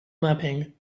mapping